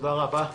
תודה רבה.